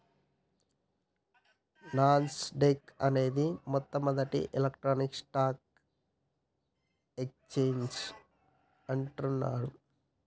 నాస్ dock అనేది మొట్టమొదటి electronic stock exchange అంటుండ్రు